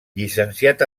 llicenciat